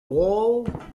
wall